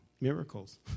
miracles